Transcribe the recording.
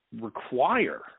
require